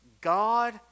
God